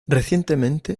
recientemente